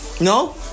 No